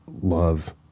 love